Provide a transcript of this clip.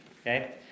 okay